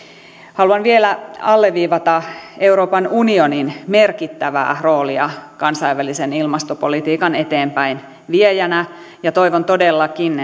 haluan vielä alleviivata euroopan unionin merkittävää roolia kansainvälisen ilmastopolitiikan eteenpäinviejänä ja toivon todellakin